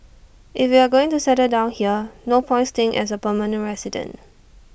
if we are going to settle down here no point staying as A permanent resident